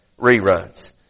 reruns